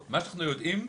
מה שאנחנו יודעים,